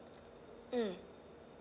mm